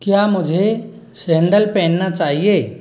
क्या मुझे सैंडल पहनना चाहिए